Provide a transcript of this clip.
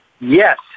Yes